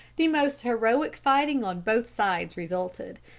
the most heroic fighting on both sides resulted,